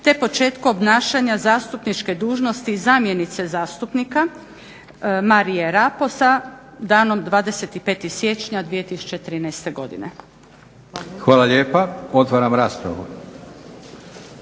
te početku obnašanja zastupničke dužnosti zamjenice zastupnika Marije Rapo sa danom 25. siječnja 2013. godine. Hvala lijepa. **Leko, Josip